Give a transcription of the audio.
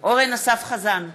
אתה אוהב תמיד לספר סיפורי גמלים.